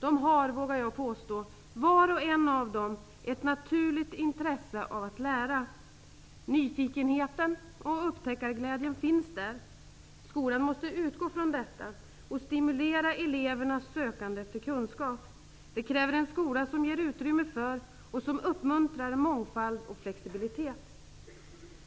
De har, vågar jag påstå, var och en av dem ett naturligt intresse av att lära. Nyfikenheten och upptäckarglädjen finns där. Skolan måste utgå från detta och stimulera elevernas sökande efter kunskap. Det kräver en skola som ger utrymme för och som uppmuntrar mångfald och flexibilitet.